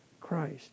Christ